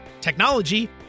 technology